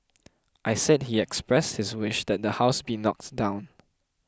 I said he expressed his wish that the house be knocked down